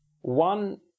One